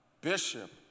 Bishop